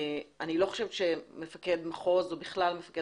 אני לא חושבת שמפקד מחוז או בכלל מפקד